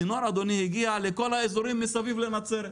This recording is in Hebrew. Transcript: בצינור אדוני, הגיע לכל האזורים מסביב לנצרת.